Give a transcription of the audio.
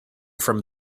from